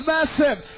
Massive